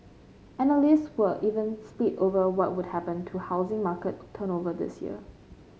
analysts were even split over what would happen to housing market turnover this year